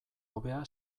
hobea